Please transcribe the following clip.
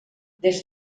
des